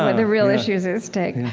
ah the real issues at stake.